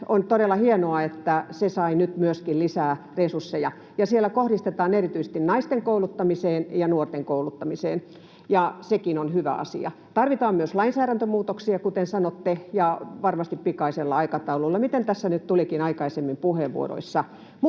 On todella hienoa, että myöskin se sai nyt lisää resursseja, ja niitä kohdistetaan erityisesti naisten kouluttamiseen ja nuorten kouluttamiseen. Sekin on hyvä asia. Tarvitaan myös lainsäädäntömuutoksia, kuten sanotte, ja varmasti pikaisella aikataululla, niin kuin tässä nyt tulikin aikaisemmin puheenvuoroissa.